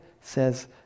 says